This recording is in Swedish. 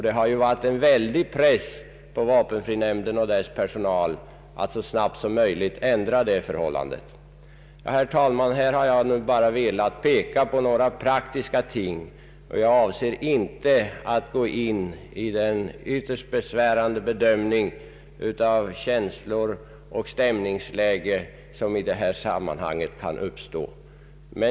Det har varit en väldig press på vapenfrinämnden och dess personal att så snabbt som möjligt ändra på detta förhållande. Herr talman! Jag har bara velat peka på några praktiska ting, och jag avser inte att gå in på den ytterst besvärliga bedömningen av känslor och stämningslägen som i detta sammanhang kan uppstå.